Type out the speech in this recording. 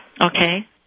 Okay